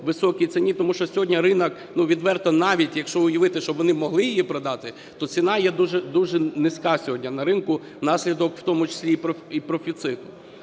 по високій ціні, тому що сьогодні ринок відверто, навіть якщо уявити, що вони могли її продати, то ціна є дуже низька сьогодні на ринку внаслідок в тому числі і профіциту.